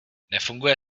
nefunguje